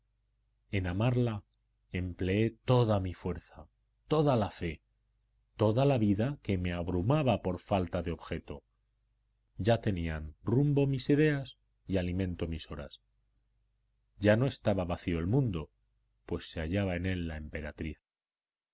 en amarla empleé toda mi fuerza toda la fe toda la vida que me abrumaba por falta de objeto ya tenían rumbo mis ideas y alimento mis horas ya no estaba vacío el mundo pues se hallaba en él la emperatriz